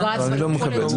אני לא מקבל את זה.